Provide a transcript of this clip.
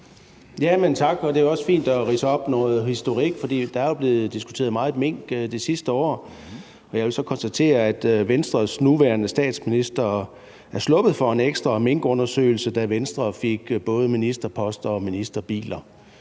tak. Det er også fint at ridse noget historik op, for der er jo blevet diskuteret meget mink det sidste år. Jeg vil så konstatere, at den nuværende statsminister er sluppet for en ekstra minkundersøgelse, da Venstre fik både ministerposter og ministerbiler.